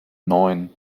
neun